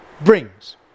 brings